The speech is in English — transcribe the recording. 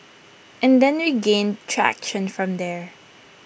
and then we gained traction from there